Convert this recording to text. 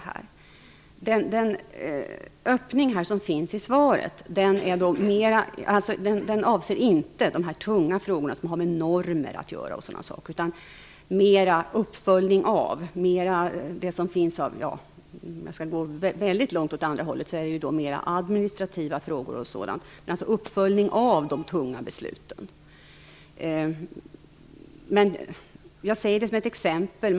Den öppning som finns i svaret avser inte de tunga frågorna, som har med normer och sådana saker att göra, utan mera uppföljning av de tunga besluten, och - långt åt andra hållet - administrativa frågor och sådant. Jag säger det som ett exempel.